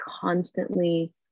constantly